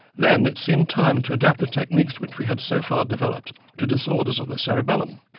then it seemed time to adapt the techniques which we had so far developed to disorders of the cerebellum,